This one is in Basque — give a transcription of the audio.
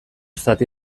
zati